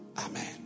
Amen